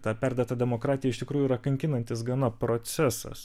ta perdėta demokratija iš tikrųjų yra kankinantis gana procesas